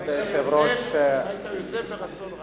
אם היית יוזם, ברצון רב.